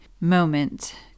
moment